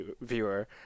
viewer